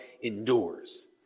endures